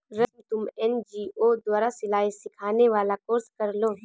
रश्मि तुम एन.जी.ओ द्वारा सिलाई सिखाने वाला कोर्स कर लो